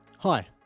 Hi